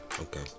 okay